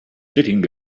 sitting